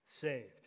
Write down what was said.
saved